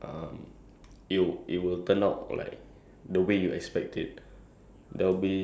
ya because like in life also how to say ah you're doesn't mean you follow the directions